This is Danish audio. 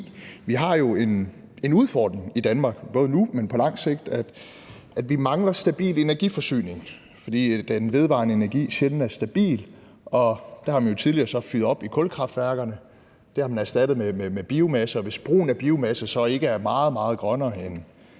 Vi har jo en udfordring i Danmark, både nu og på lang sigt, at vi mangler en stabil energiforsyning, fordi den vedvarende energi sjældent er stabil. Der har vi så tidligere fyret op i kulkraftværkerne. Det har man erstattet med biomasse. Og hvis brugen af biomasse ikke er meget, meget grønnere end